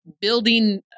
building